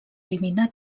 eliminar